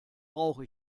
brauche